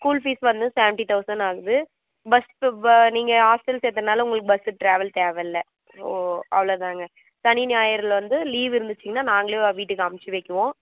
school fees வந்து seventy thousand ஆகுது bus நீங்கள் ஹாஸ்டல் சேர்த்ததுனால நீங்கள் பஸ்ஸு ட்ராவல் தேவைல்ல ஸோ அவ்ளோதாங்க சனி ஞாயிறுல வந்து லீவ் இருந்துச்சிங்கன்னா நாங்களே அமிச்சி வைக்கிவோம்